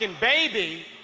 baby